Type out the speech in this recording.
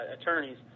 attorneys